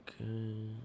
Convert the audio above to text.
Okay